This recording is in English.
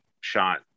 shot